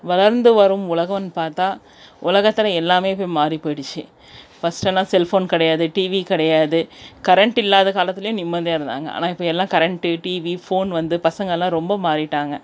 வளர்ந்து வரும் உலகம்னு பார்த்தா உலகத்தில் எல்லாமே இப்போ மாறி போயிடுச்சு ஃபஸ்ட்டெல்லாம் செல் ஃபோன் கிடையாது டிவி கிடையாது கரண்ட் இல்லாத காலத்துலேயும் நிம்மதியாக இருந்தாங்க ஆனால் இப்போ எல்லாம் கரண்ட்டு டிவி ஃபோன் வந்து பசங்கெளாம் ரொம்ப மாறிவிட்டாங்க